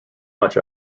much